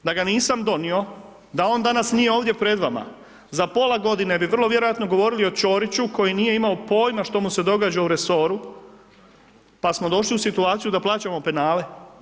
Da ga nisam donio, da on danas nije ovdje pred vama, za pola godine bi vrlo vjerojatno govorili o Čoriću, koji nije imao pojma što mu se događa u resoru, pa smo došli u situaciju da plaćamo penale.